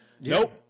Nope